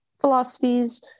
philosophies